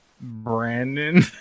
Brandon